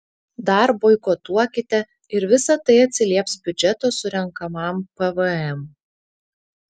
dar boikotuokite ir visa tai atsilieps biudžeto surenkamam pvm